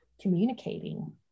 communicating